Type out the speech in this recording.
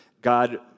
God